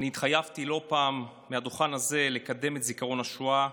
אני התחייבתי לא פעם מהדוכן הזה לקדם את זיכרון השואה